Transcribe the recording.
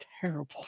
terrible